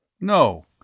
No